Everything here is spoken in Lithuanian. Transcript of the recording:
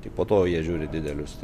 tik po to jie žiūri didelius